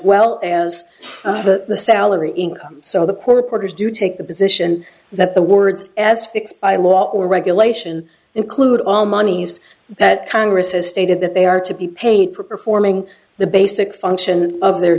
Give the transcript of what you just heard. well as the salary income so the poor reporters do take the position that the words as fixed by law or regulation include all monies that congress has stated that they are to be paid for performing the basic function of their